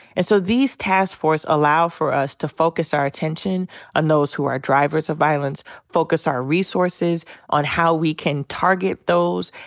and so these task forces allow for us to focus our attention on those who are drivers of violence. focus our resources on how we can target those.